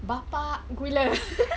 bapa gula